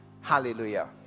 Hallelujah